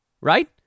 right